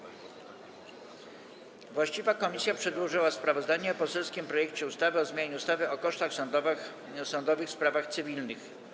Właściwa komisja przedłożyła sprawozdanie o poselskim projekcie ustawy o zmianie ustawy o kosztach sądowych w sprawach cywilnych.